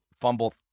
fumble